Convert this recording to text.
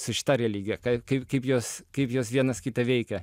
su šita religija ka kaip kaip jos kaip jos vienas kitą veikia